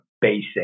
basic